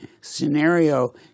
scenario